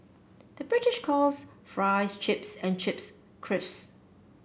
the British calls fries chips and chips crisps